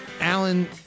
Alan